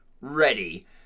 Ready